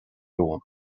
romham